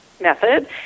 method